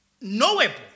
knowable